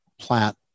plant